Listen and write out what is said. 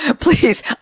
Please